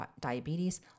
diabetes